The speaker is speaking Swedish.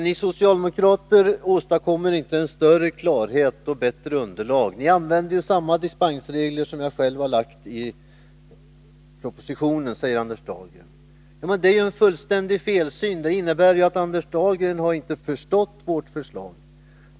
Ni socialdemokrater åstadkommer inte en större klarhet och bättre underlag. Ni använder ju samma dispensregler som jag själv har föreslagit i propositionen, säger Anders Dahlgren. Det är ju en fullständig felsyn! Yttrandet vittnar om att Anders Dahlgren inte har förstått vårt förslag.